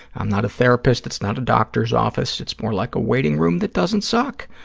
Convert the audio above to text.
i'm not a therapist. it's not a doctor's office. it's more like a waiting room that doesn't suck.